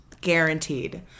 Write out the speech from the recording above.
guaranteed